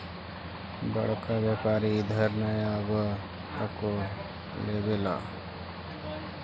बड़का व्यापारि इधर नय आब हको लेबे ला?